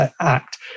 Act